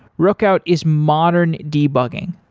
rookout is modern debugging.